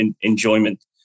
enjoyment